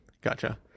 Gotcha